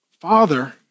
Father